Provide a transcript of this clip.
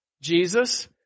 Jesus